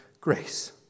grace